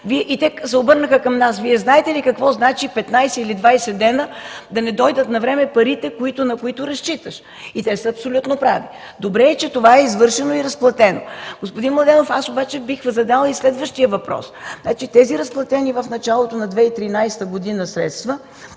Обърнаха се към нас: „Вие знаете ли какво значи 15 или 20 дни да не дойдат навреме парите, на които разчиташ?” И те са абсолютно прави! Добре е, че това е извършено и разплатено. Господин Младенов, аз бих задала и следващия въпрос. Тези разплатени в началото на 2013 г. средства